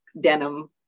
denim